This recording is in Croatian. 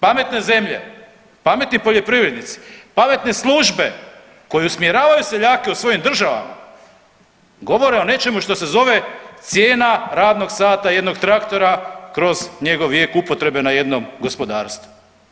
Pametne zemlje, pametni poljoprivrednici, pametne službe koje usmjeravaju seljake u svojim državama govore o nečemu što se zove cijena radnog sata jednog traktora kroz njegov vijek upotrebe na jednom gospodarstvu.